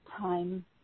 time